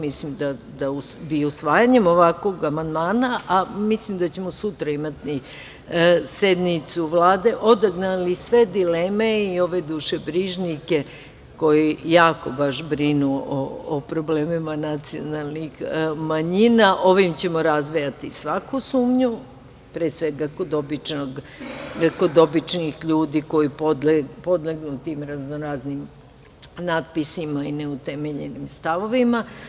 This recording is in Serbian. Mislim da bi usvajanjem ovakvog amandmana, a mislim da ćemo sutra imati sednicu Vlade, odagnali sve dileme i ove dušebrižnike koji jako baš brinu o problemima nacionalnih manjina, ovim ćemo razvejati svaku sumnju, pre svega kod običnih ljudi koji podlegnu tim raznoraznim natpisima i neutemeljenim stavovima.